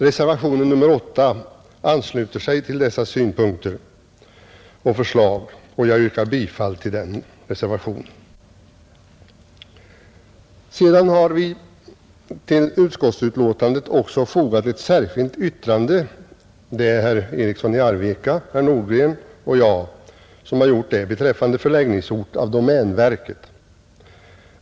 Reservationen 8 ansluter sig till dessa synpunkter och förslag, och jag yrkar bifall till den reservationen. Vidare har vi till utskottsbetänkandet fogat ett särskilt yttrande — det är herr Eriksson i Arvika, herr Nordgren och jag som har gjort det — beträffande förläggningsort för ”domänverket.